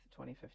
2015